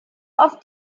auf